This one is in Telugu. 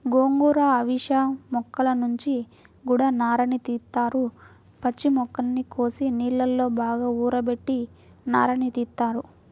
గోంగూర, అవిశ మొక్కల నుంచి గూడా నారని తీత్తారు, పచ్చి మొక్కల్ని కోసి నీళ్ళలో బాగా ఊరబెట్టి నారని తీత్తారు